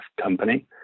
company